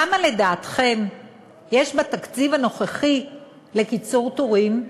כמה לדעתכם יש בתקציב הנוכחי לקיצור תורים?